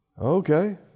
Okay